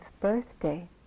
birthday